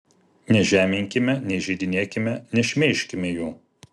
nežeminkime neįžeidinėkime nešmeižkime jų